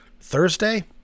Thursday